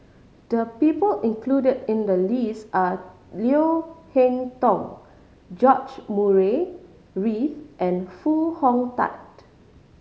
the people included in the list are Leo Hee Tong George Murray Reith and Foo Hong Tatt